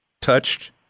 touched